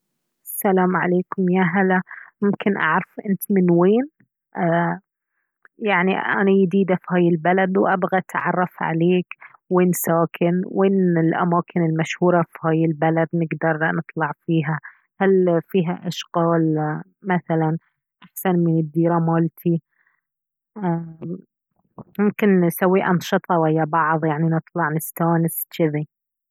السلام عليكم يا هلا ممكن اعرف انت من وين ايه يعني انا يديدة في هاي البلد وابغي اتعرف عليك وين ساكن وين الأماكن المشهورة في هاي البلد نقدر نطلع فيها هل فيها اشغال مثلا احسن من الديرة مالتي ايه ممكن نسوي انشطة ويا بعض يعني نطلع نستانس جذي